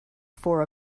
four